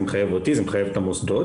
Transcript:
זה מחייב אותי, זה מחייב את המוסדות.